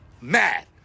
mad